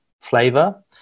flavor